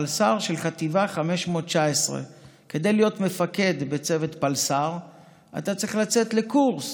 פלס"ר של חטיבה 519. כדי להיות מפקד בצוות פלס"ר אתה צריך לצאת לקורס.